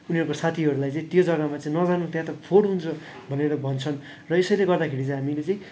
उनीहरूको साथीहरूलाई चाहिँ त्यो जग्गामा चाहिँ नजानु त्यहाँ त फोहोर हुन्छ भनेर भन्छन् र यसैले गर्दाखेरि चाहिँ हामीले चाहिँ